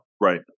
Right